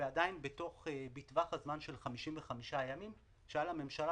ועדיין בטווח הזמן של 55 ימים שהיה לממשלה